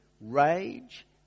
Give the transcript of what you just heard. rage